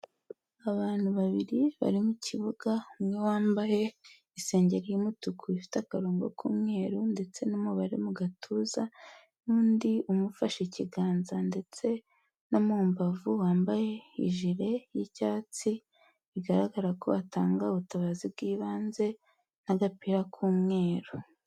Abantu babiri, bari mu kibuga, umwe wambaye isengeri y'umutuku ifite akarongo k'umweru ndetse n'umubare mu gatuza, n'undi umu ufashe ikiganza ndetse no mu mbavu wambaye ijire y'icyatsi ,bigaragara ko atanga ubutabazi bw'ibanze, n'agapira k'umweru.